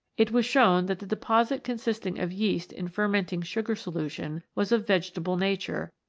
it was shown that the deposit consisting of yeast in fermenting sugar solution was of vegetable nature,